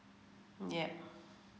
yup